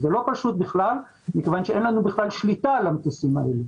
זה בכלל לא פשוט מכיוון שאין לנו שליטה על המטוסים האלה